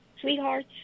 Sweethearts